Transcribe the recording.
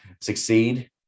succeed